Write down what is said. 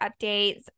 updates